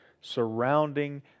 surrounding